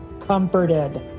comforted